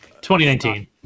2019